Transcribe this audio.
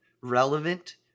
relevant